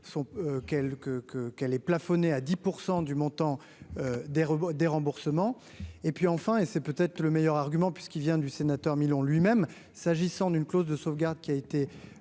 qu'elle est plafonnée à 10 % du montant des robots, des remboursements et puis enfin, et c'est peut-être le meilleur argument puisqu'il vient du sénateur Milon lui-même, s'agissant d'une clause de sauvegarde qui a été